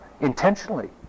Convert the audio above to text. intentionally